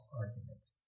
arguments